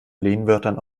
lehnwörtern